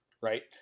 right